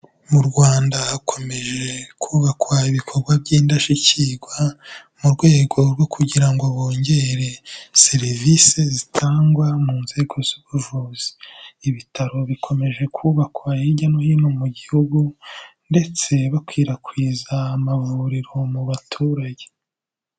Mu Rwanda hakomeje kubakwa ibikorwa by'indashyikirwa, mu rwego rwo kugira ngo bongere serivisi zitangwa mu nzego z'ubuvuzi, ibitaro bikomeje kubakwa hirya no hino mu gihugu, ndetse bakwirakwiza amavuriro mu baturage.